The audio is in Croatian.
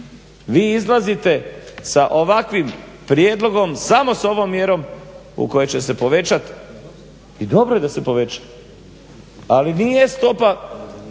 Vi izlazite sa ovakvim prijedlogom, samo s ovom mjerom u kojoj će se povećat i dobro je da se poveća, ali nije stopa